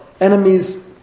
enemies